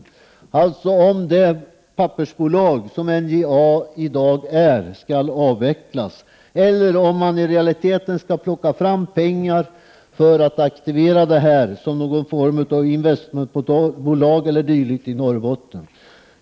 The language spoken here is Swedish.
Det handlar om huruvida det pappersbolag, som NJA i dag är, skall avvecklas eller om man i realiteten skall plocka fram pengar för att aktivera det som ett investmentbolag eller dylikt i Norrbotten.